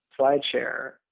SlideShare